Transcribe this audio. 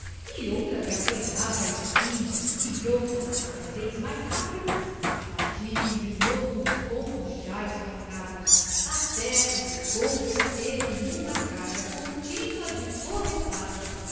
e outra lhe apanhava a espinha e outras cada vez mais rápidas batiam de novo nos pontos já espancados até que se converteram numa carga continua de porretadas